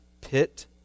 pit